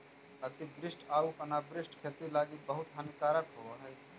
अतिवृष्टि आउ अनावृष्टि खेती लागी बहुत हानिकारक होब हई